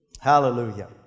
Hallelujah